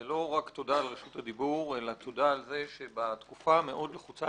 זה לא רק תודה על רשות הדיבור אלא תודה על זה שבתקופה המאוד לחוצה,